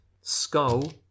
Skull